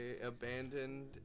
abandoned